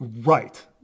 Right